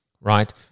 Right